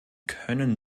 können